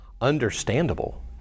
understandable